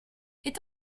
est